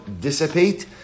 dissipate